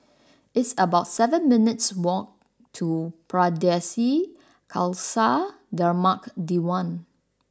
it's about seven minutes' walk to Pardesi Khalsa Dharmak Diwan